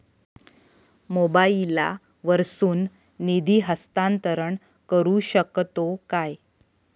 मोबाईला वर्सून निधी हस्तांतरण करू शकतो काय?